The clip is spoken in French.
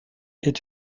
est